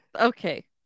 okay